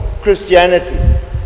Christianity